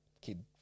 kid